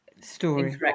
story